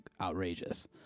outrageous